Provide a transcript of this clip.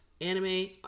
anime